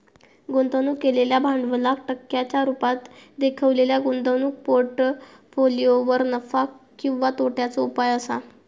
गुंतवणूक केलेल्या भांडवलाक टक्क्यांच्या रुपात देखवलेल्या गुंतवणूक पोर्ट्फोलियोवर नफा किंवा तोट्याचो उपाय असा